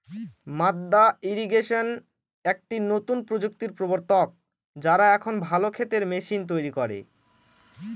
মাদ্দা ইরিগেশন একটি নতুন প্রযুক্তির প্রবর্তক, যারা এখন ভালো ক্ষেতের মেশিন তৈরী করে